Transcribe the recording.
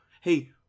hey